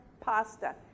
pasta